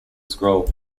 scroll